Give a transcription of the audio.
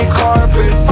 carpet